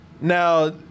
Now